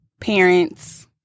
parents